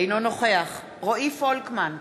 אינו נוכח רועי פולקמן,